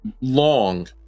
long